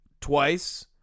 twice